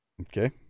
Okay